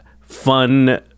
fun-